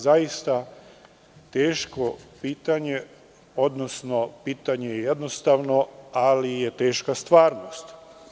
Zaista teško pitanje, odnosno pitanje je jednostavno, ali je teška stvarnost.